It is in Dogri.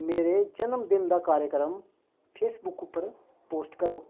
मेरे जमनदिन दा कार्यक्रम फेसबुक पर पोस्ट करो